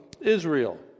Israel